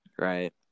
Right